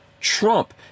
Trump